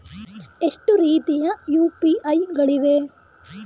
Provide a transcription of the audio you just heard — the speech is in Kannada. ಎಷ್ಟು ರೀತಿಯ ಯು.ಪಿ.ಐ ಗಳಿವೆ?